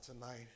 tonight